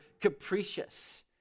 capricious